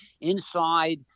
inside